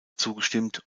zugestimmt